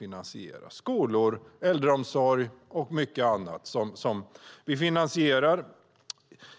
Det gäller skolor, äldreomsorg och mycket annat som finansieras